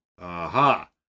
Aha